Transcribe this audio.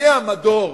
יהיה המדור